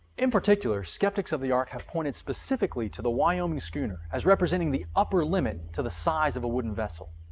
in particular skeptics of the ark have pointed specifically to the wyoming schooner as representing the upper limit to the size of a wooden vessel.